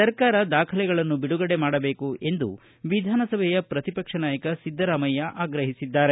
ಸರ್ಕಾರ ದಾಖಲೆಗಳನ್ನು ಬಿಡುಗಡೆ ಮಾಡಬೇಕು ಎಂದು ವಿಧಾನಸಭೆಯ ಪ್ರತಿಪಕ್ಷ ನಾಯಕ ಸಿದ್ದರಾಮಯ್ಯ ಆಗ್ರಹಿಸಿದ್ದಾರೆ